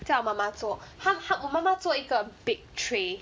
叫我妈妈做她她我妈妈做一个 big tray